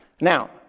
Now